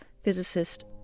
physicist